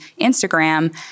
Instagram